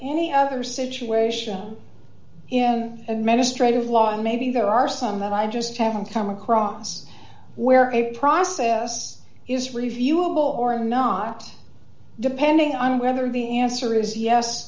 any other situation in administrative law and maybe there are some that i just haven't come across where a process is reviewable or not depending on whether the answer is yes